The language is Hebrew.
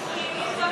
עם ביטוחים,